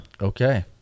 Okay